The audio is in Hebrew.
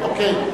אוקיי.